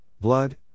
blood